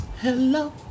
hello